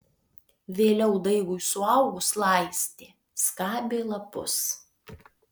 vėliau daigui suaugus laistė skabė lapus